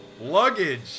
Luggage